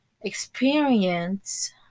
experience